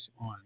on